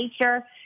nature